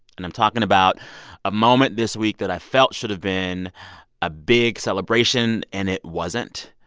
and i'm talking about a moment this week that i felt should've been a big celebration, and it wasn't.